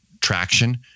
traction